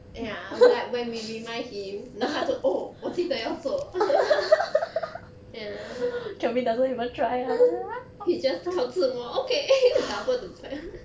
ya like when we remind him 然后他就 oh 我记得要做 ya he just 靠自摸 okay double the 台